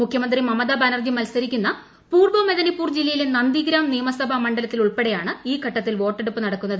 മുഖ്യമന്ത്രി മമതാ ബാനർജി മത്സരിക്കുന്ന പൂർബോ മെദിനിപൂർ ജില്ലയിലെ നന്ദിഗ്രാം നിയമസഭാ മണ്ഡലത്തിൽ ഉൾപ്പെടെയാണ് ഈ ഘട്ടത്തിൽ വോട്ടെടുപ്പ് നടക്കുന്നത്